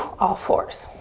all fours.